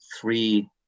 three